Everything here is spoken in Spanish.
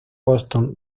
boston